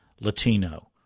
Latino